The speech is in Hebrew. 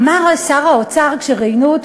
אמר שר האוצר כשראיינו אותו,